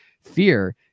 fear